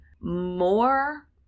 more